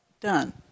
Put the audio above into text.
done